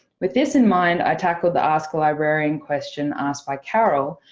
with this in mind i tackled the ask a librarian question asked by carol,